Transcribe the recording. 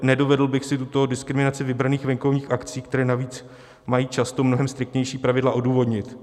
Nedovedl bych si tuto diskriminaci vybraných venkovních akcí, které navíc mají často mnohem striktnější pravidla, odůvodnit.